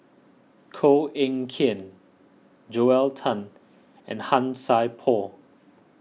Koh Eng Kian Joel Tan and Han Sai Por